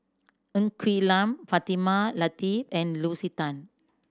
Ng Quee Lam Fatimah Lateef and Lucy Tan